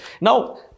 Now